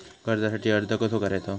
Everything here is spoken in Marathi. कर्जासाठी अर्ज कसो करायचो?